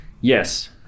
Yes